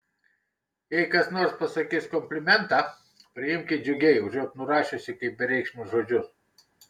jei kas nors pasakys komplimentą priimk jį džiugiai užuot nurašiusi kaip bereikšmius žodžius